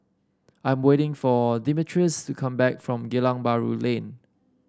I'm waiting for Demetrius to come back from Geylang Bahru Lane